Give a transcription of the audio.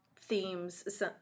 themes